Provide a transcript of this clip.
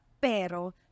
Pero